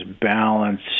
balance